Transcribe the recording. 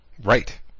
Right